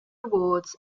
awards